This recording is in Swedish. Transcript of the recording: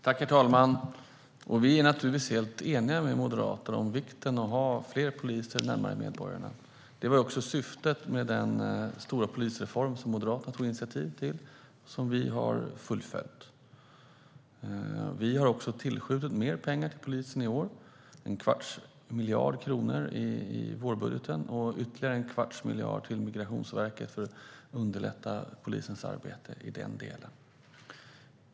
Herr talman! Vi är naturligtvis helt eniga med Moderaterna om vikten av att ha fler poliser närmare medborgarna. Det var också syftet med den stora polisreform som Moderaterna tog initiativ till och som vi har fullföljt. Vi har också tillskjutit mer pengar till polisen i år. Det är en kvarts miljard kronor i vårbudgeten och ytterligare en kvarts miljard till Migrationsverket för att underlätta polisens arbete i den delen.